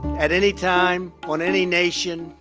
at any time, on any nation,